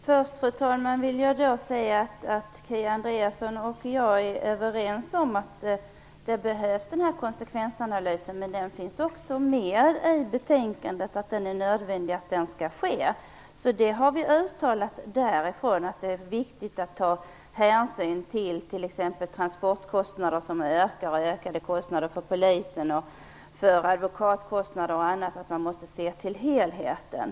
Fru talman! Jag vill först säga att Kia Andreasson och jag är överens om att det behövs en konsekvensanalys. Det står dock i betänkandet att en sådan analys är nödvändig och skall göras. Vi har uttalat att det är viktigt att ta hänsyn till t.ex. ökade kostnader för transporter, polisväsendet och advokatverksamhet. Man måste se till helheten.